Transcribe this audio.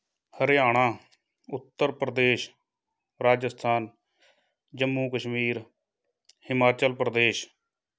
Haryana Uttar Pradesh Rajasthan Jammu Kashmir Himachal Pradesh